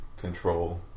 control